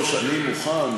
חברת הכנסת סתיו שפיר,